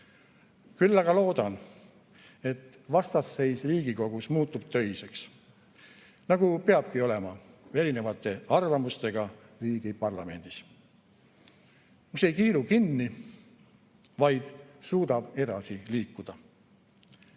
Küll aga loodan, et vastasseis Riigikogus muutub töiseks, nagu peabki olema erinevate arvamustega riigi parlamendis, mis ei kiilu kinni, vaid suudab edasi liikuda.